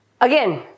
Again